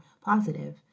positive